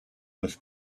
with